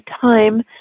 time